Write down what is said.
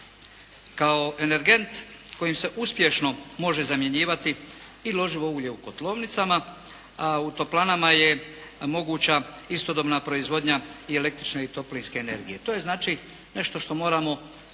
Kao energent kojim se uspješno može zamjenjivati i loživo ulje u kotlovnicama, u toplanama je moguća istodobna proizvodnja i električne i toplinske energije. To je znači nešto što moramo uzeti